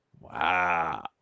Wow